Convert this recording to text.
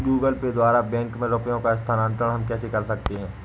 Google Pay द्वारा bank में रुपयों का स्थानांतरण हम कैसे कर सकते हैं?